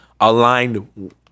aligned